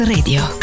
Radio